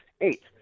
Eight